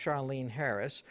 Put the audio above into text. charlene harris